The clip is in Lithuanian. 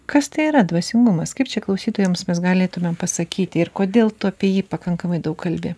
kas tai yra dvasingumas kaip čia klausytojams mes galėtumėm pasakyti ir kodėl tu apie jį pakankamai daug kalbi